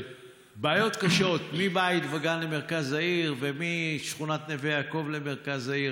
בעיות קשות מבית וגן למרכז העיר ומשכונת נווה יעקב למרכז העיר.